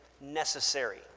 necessary